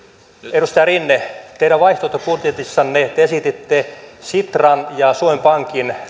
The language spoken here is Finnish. edustaja rinne teidän vaihtoehtobudjetissanne te esititte sitran ja suomen pankin